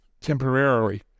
temporarily